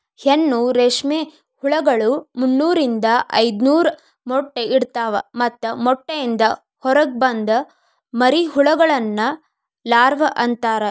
ಹೆಣ್ಣು ರೇಷ್ಮೆ ಹುಳಗಳು ಮುನ್ನೂರಿಂದ ಐದನೂರ ಮೊಟ್ಟೆ ಇಡ್ತವಾ ಮತ್ತ ಮೊಟ್ಟೆಯಿಂದ ಹೊರಗ ಬಂದ ಮರಿಹುಳಗಳನ್ನ ಲಾರ್ವ ಅಂತಾರ